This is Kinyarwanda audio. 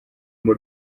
b’u